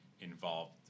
involved